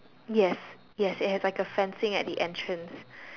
yes yes it has like a fencing at the entrance